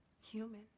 human